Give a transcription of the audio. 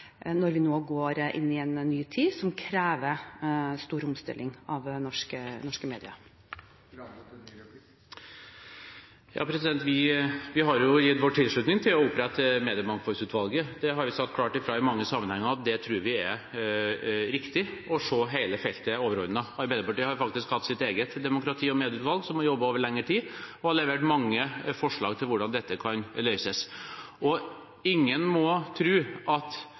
når vi nå går inn i en ny tid, som krever stor omstilling av norske medier. Vi har gitt vår tilslutning til å opprette Mediemangfoldsutvalget. Vi har sagt klart fra i mange sammenhenger at vi tror det er riktig å se hele feltet overordnet. Arbeiderpartiet har faktisk hatt sitt eget demokrati- og medieutvalg, som har jobbet over lengre tid, og har levert mange forslag til hvordan dette kan løses. Ingen må tro at